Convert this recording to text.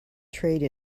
trade